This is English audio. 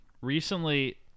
Recently